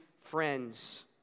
friends